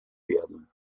werden